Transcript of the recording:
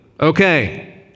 Okay